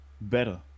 better